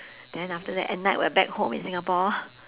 then after that at night we are back home in singapore